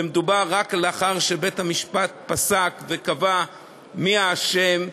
וזה רק לאחר שבית-המשפט פסק וקבע מי האשם.